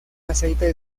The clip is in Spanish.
aceite